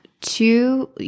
two